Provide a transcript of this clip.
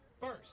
First